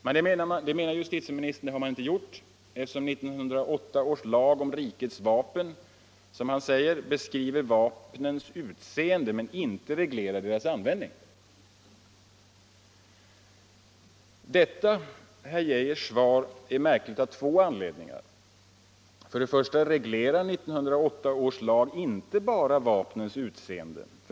Det har man inte gjort, menar justitieministern, eftersom 1908 års lag om rikets vapen, som han säger, ”beskriver vapnens utseende men inte reglerar deras användning”. Detta herr Geijers svar är märkligt av två anledningar. För det första reglerar 1908 års lag inte bara vapnens utseende.